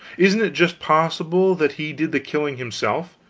isn't it just possible that he did the killing himself?